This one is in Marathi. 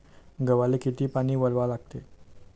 गव्हाले किती पानी वलवा लागते?